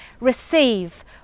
receive